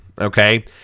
okay